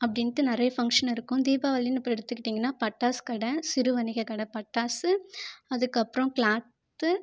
அப்படின்ட்டு நிறையா ஃபங்க்ஷன் இருக்கும் தீபாவளினு எப்போ எடுத்துக்கிட்டிங்கன்னா பட்டாசு கடை சிறு வணிக கடை பட்டாசு அதுக்கு அப்புறம் கிளாத்து